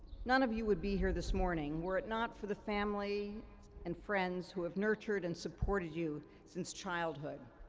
none of you would be here this morning were it not for the family and friends who have nurtured and supported you since childhood.